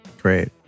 Great